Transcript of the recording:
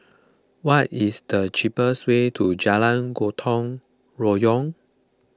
what is the cheapest way to Jalan Gotong Royong